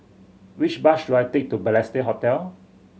which bus should I take to Balestier Hotel